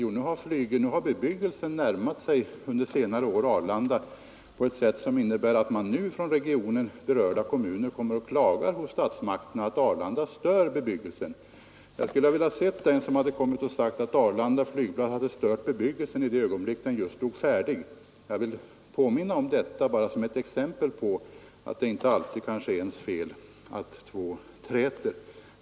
Jo, under senare år har bebyggelsen närmat sig Arlanda, och nu klagar kommuner i regionen hos statsmakterna över att Arlanda stör bebyggelsen. Jag skulle ha velat se dem som hade kommit och sagt att Arlandas flygplats störde bebyggelsen i det ögonblick det just stod färdigt. Jag ville påminna om detta bara som ett exempel på att det kanske inte alltid är ens fel att två träter.